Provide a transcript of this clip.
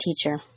teacher